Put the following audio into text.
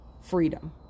Freedom